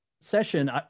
session